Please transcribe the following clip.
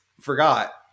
forgot